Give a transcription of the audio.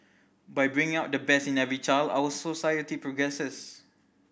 by bringing out the best in every child our society progresses